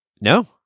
No